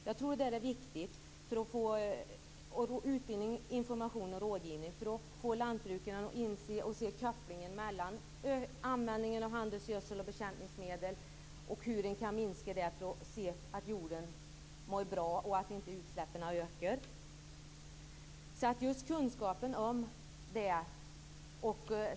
Jag tror att det är viktigt för att få dem att se kopplingen till användning av handelsgödsel och bekämpningsmedel och hur man kan minska användningen för att få jorden att må bra och hindra utsläppen att öka.